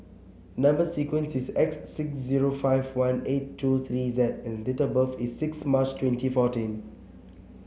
number sequence is S six zero five one eight two three Z and date of birth is six March twenty fourteen